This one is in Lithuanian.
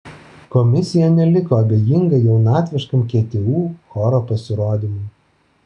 komisija neliko abejinga jaunatviškam ktu choro pasirodymui